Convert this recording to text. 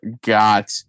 got